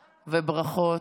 מרב.